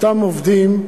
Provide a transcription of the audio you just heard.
אותם עובדים,